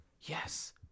Yes